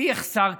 לי יחסר,